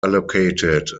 allocated